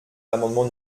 l’amendement